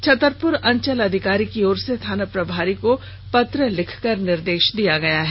छत्तरपुर अंचल अधिकारी की ओर से थाना प्रभारी को पत्र लिख कर निर्देश दिया गया है